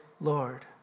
Lord